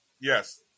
Yes